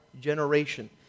generation